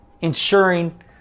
ensuring